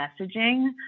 messaging